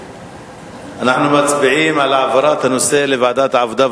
אנחנו מצביעים על העברת הנושא לוועדת העבודה,